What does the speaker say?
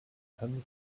handelt